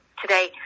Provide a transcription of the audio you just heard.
today